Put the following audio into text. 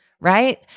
right